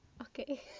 Okay